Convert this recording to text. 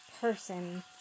Person